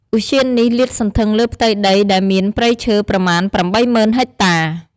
ឧទ្យាននេះលាតសន្ធឹងលើផ្ទៃដីដែលមានព្រៃឈើប្រមាណ៨ម៉ឺនហិចតា។